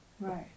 Right